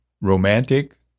romantic